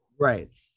right